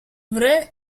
vraie